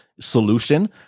solution